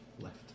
left